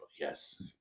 yes